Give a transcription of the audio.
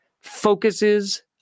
focuses